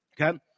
okay